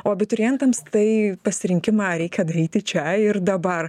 o abiturientams tai pasirinkimą reikia daryti čia ir dabar